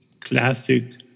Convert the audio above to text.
classic